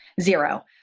zero